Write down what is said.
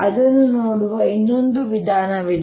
ಅದನ್ನು ನೋಡುವ ಇನ್ನೊಂದು ವಿಧಾನವಿದೆ